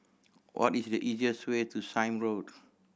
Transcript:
what is the easiest way to Sime Road